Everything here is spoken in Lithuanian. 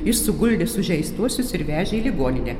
jis suguldė sužeistuosius ir vežė į ligoninę